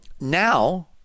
Now